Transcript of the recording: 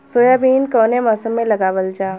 Soybean कौने मौसम में लगावल जा?